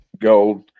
gold